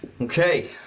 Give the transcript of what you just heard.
Okay